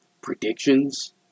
predictions